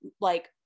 like-